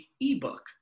ebook